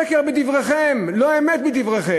שקר דבריכם, לא דברי אמת דבריכם.